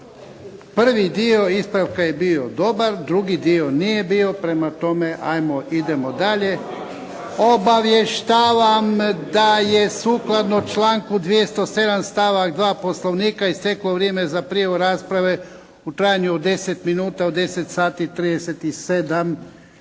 Prvi ispravka je bio dobar, drugi dio nije bio. Prema tome, ajmo idemo dalje. Obavještavam da je sukladno članku 207. stavak 2. Poslovnika isteklo vrijeme za prijavu rasprave u trajanju od 10 minuta u 10,37 minuta.